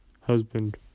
Husband